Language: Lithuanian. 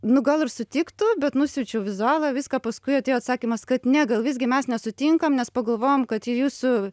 nu gal ir sutiktų bet nusiunčiau vizualą viską paskui atėjo atsakymas kad ne gal visgi mes nesutinkam nes pagalvojom kad į jūsų